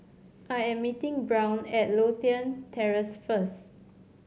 I am meeting Brown at Lothian Terrace first